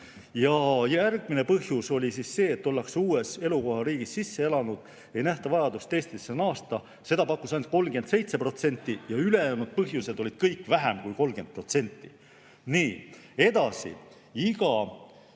Ja järgmine põhjus oli see, et ollakse uues elukohariigis sisse elanud, ei nähta vajadust Eestisse naasta. Seda pakkus 37% ja kõiki ülejäänud põhjuseid märkis vähem kui 30%. Nii, edasi. Iga